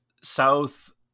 South